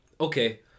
Okay